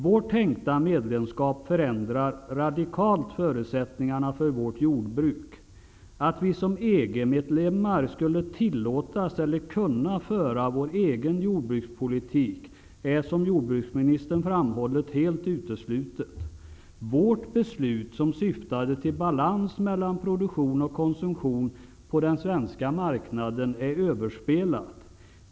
Vårt tänkta medlemskap förändrar radikalt förutsättningarna för vårt jordbruk. Att vi som EG medlemmar skulle tillåtas eller kunna föra vår egen jordbrukspolitik är, som jordbruksministern framhållit, helt uteslutet. Vårt beslut, som syftade till balans mellan produktion och konsumtion på den svenska marknaden, är överspelat.